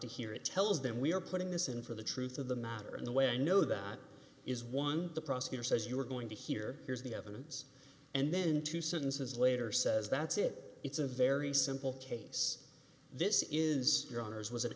to hear it tells them we are putting this in for the truth of the matter and the way i know that is one the prosecutor says you're going to hear here's the evidence and then two sentences later says that's it it's a very simple case this is your honour's was an